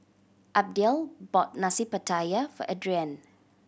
Abdiel bought Nasi Pattaya for Adrienne